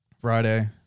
Friday